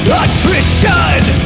attrition